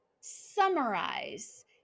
Summarize